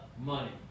money